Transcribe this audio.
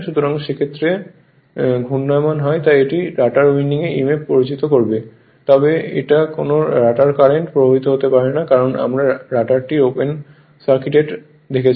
সুতরাং ক্ষেত্রটি ঘূর্ণায়মান হয় তাই এটি রটার উইন্ডিংয়ে emf প্ররোচিত করবে তবে কোনও রটার কারেন্ট প্রবাহিত হতে পারে না কারণ আমরা রটারটি ওপেন সার্কিটেড